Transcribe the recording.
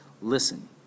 listen